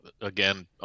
Again